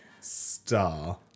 star